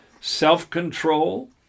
self-control